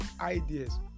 Ideas